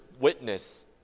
witness